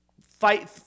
fight